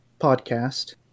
podcast